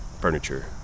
furniture